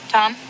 Tom